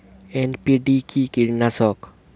NPV কি কীটনাশক?